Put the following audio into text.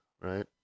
Right